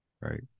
Right